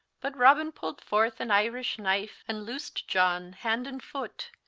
but robin pulled forth an irysh knife, and losed john hand and foote,